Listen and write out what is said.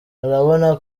urabona